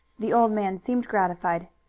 the old man seemed gratified.